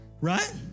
right